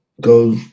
go